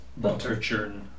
Butterchurn